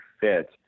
fit